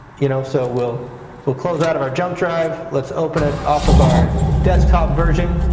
you know so we'll we'll close out of our jump drive, let's open it off of our desktop version.